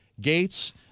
gates